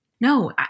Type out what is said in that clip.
No